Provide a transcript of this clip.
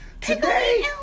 Today